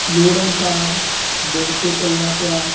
ਲੋੜ ਅਨੁਸਾਰ ਨਿਵ ਕੇ ਚੱਲਣਾ ਪਿਆ